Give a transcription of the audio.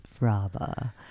fraba